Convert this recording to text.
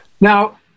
Now